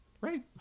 right